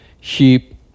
sheep